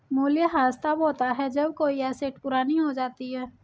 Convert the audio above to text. मूल्यह्रास तब होता है जब कोई एसेट पुरानी हो जाती है